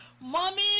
mommy